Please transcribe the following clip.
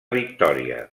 victòria